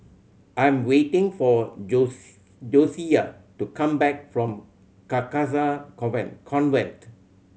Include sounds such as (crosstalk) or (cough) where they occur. I'm waiting for (unintelligible) Josiah to come back from Carcasa (unintelligible) Convent